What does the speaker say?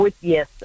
Yes